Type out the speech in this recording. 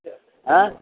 হে